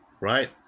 Right